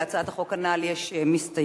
להצעת החוק הנ"ל יש מסתייגים.